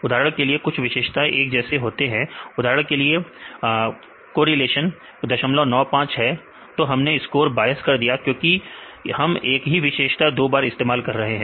उदाहरण के लिए कुछ विशेषताएं एक जैसे होते हैं उदाहरण के लिए अगर कॉरिलेशन 095 है तो हमने स्कोर बायस कर दिया क्योंकि हम एक ही विशेषता दो बार इस्तेमाल कर रहे हैं